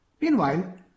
Meanwhile